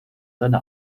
seine